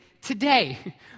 today